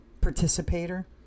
participator